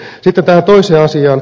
sitten tähän toiseen asiaan